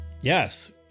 Yes